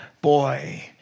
boy